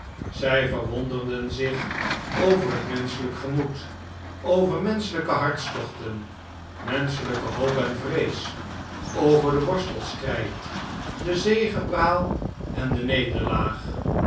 zij verwonderden zich over het menschelijk gemoed over menschelijke hartstochten menschelijke hoop en vrees over den worstelstrijd de zegepraal en de nederlaag